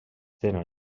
tenen